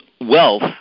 wealth